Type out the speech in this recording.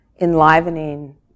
enlivening